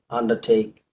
undertake